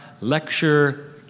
lecture